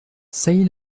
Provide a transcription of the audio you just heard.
sailly